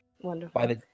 Wonderful